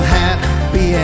happy